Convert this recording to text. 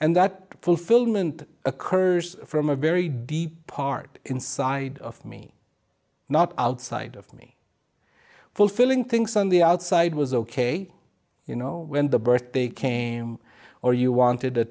and that fulfillment occurs from a very deep part inside of me not outside of me fulfilling things on the outside was ok you know when the birthday came or you wanted a